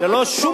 לא.